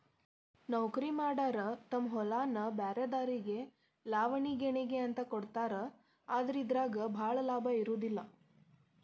ನೌಕರಿಮಾಡಾರ ತಮ್ಮ ಹೊಲಾನ ಬ್ರ್ಯಾರೆದಾರಿಗೆ ಲಾವಣಿ ಗೇಣಿಗೆ ಅಂತ ಕೊಡ್ತಾರ ಆದ್ರ ಇದರಾಗ ಭಾಳ ಲಾಭಾ ಇರುದಿಲ್ಲಾ